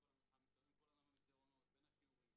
מסתובבים כל הזמן בתוך המסדרונות, בין השיעורים,